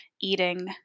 eating